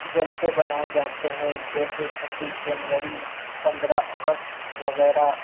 جلسے منائے جاتے ہیں جیسے چھبیس جنوری پندرہ اگست وغیرہ